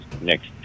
next